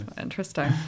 Interesting